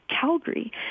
Calgary